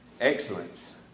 Excellence